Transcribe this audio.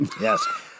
Yes